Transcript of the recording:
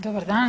Dobar dan.